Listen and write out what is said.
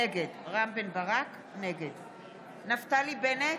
נגד נפתלי בנט,